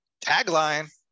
Tagline